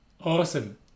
Awesome